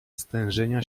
stężenia